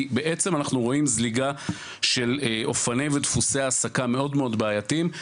כי בעצם אנחנו רואים זליגה של אופני ודפוסי העסקה מאוד מאוד בעייתיים.